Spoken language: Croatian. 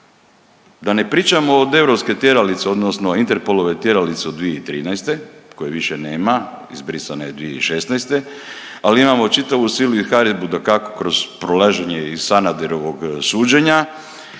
Da ne pričamo od europske tjeralice odnosno Interpolove tjeralice od 2013., koje više nema, izbrisana je 2016., ali imamo čitavu silu i haridbu dakako kroz prolaženje iz Sanaderovog suđenja